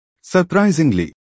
Surprisingly